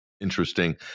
interesting